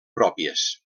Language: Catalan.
pròpies